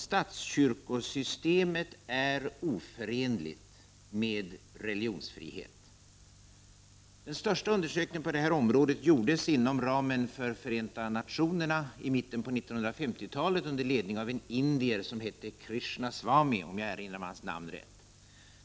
Statskyrkosystemet är oförenligt med religionsfrihet. Den största undersökningen på detta område gjordes inom ramen för Förenta nationerna i mitten på 1950-talet under ledning av en indier som, om jag erinrar mig hans namn rätt, hette Krishna Svami.